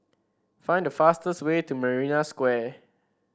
find the fastest way to Marina Square